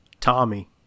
Tommy